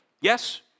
Yes